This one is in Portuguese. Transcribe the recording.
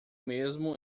mesmo